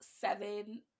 seven